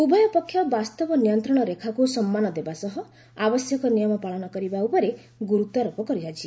ଉଭୟ ପକ୍ଷ ବାସ୍ତବ ନିୟନ୍ତ୍ରଣ ରେଖାକୃ ସମ୍ମାନ ଦେବା ସହ ଆବଶ୍ୟକ ନିୟମ ପାଳନ କରିବା ଉପରେ ଗୁରୁତ୍ୱ ଆରୋପ କରାଯାଇଛି